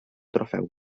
trofeu